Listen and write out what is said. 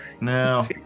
No